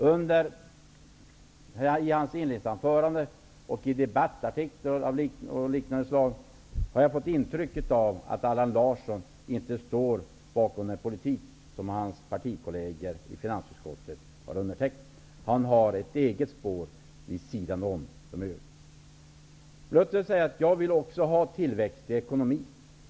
I Allan Larssons inledningsanförande och i debattartiklar har jag fått intrycket att Allan Larsson inte står bakom den politik som hans partikolleger i finansutskottet har undertecknat. Han har ett eget spår vid sidan om de övriga. Jag vill också ha tillväxt i ekonomin.